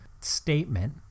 statement